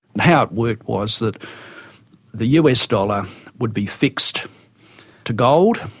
how it worked was that the us dollar would be fixed to gold,